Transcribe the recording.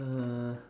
uh